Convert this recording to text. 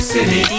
City